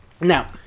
Now